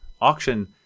auction